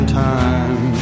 time